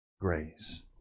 grace